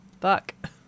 Fuck